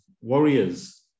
warriors